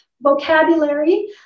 vocabulary